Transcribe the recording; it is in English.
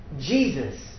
Jesus